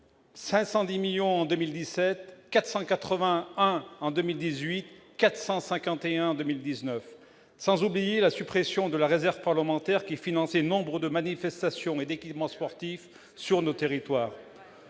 451 millions d'euros en 2019. Sans oublier la suppression de la réserve parlementaire, qui finançait nombre de manifestations et équipements sportifs sur notre territoire.